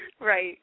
right